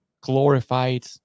glorified